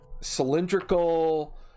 cylindrical